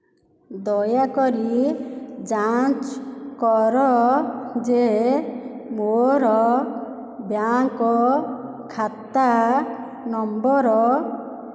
ଦୟାକରି ଯାଞ୍ଚ କର ଯେ ମୋର ବ୍ୟାଙ୍କ୍ ଖାତା ନମ୍ବର